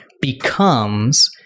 becomes